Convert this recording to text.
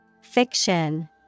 Fiction